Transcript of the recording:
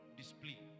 display